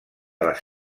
les